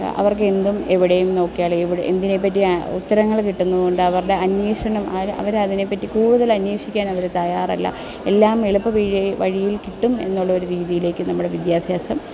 അവർക്ക് എന്തും എവിടെയും നോക്കിയാൽ ഇവിടെ എന്തിനെപ്പറ്റി ഉത്തരങ്ങൾ കിട്ടുന്നതു കൊണ്ട് അവരുടെ അന്വേഷണം അവര അതിനെപ്പറ്റി കൂടുതൽ അന്വേഷിക്കാൻ അവർ തയാറല്ല എല്ലാം എളുപ്പവഴിയിൽ കിട്ടും എന്നുള്ളൊരു രീതിയിലേക്ക് നമ്മുടെ വിദ്യാഭ്യാസം